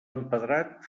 empedrat